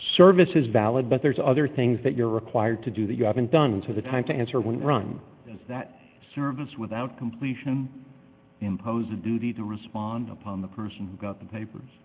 service is valid but there's other things that you're required to do that you haven't done to the time to answer when run that service without completion impose a duty to respond upon the person got the papers